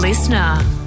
Listener